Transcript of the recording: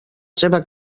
seva